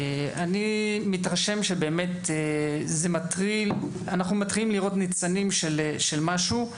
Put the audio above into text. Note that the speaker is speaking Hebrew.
אני מתרשם שבאמת אנחנו מתחילים לראות ניצנים של משהו,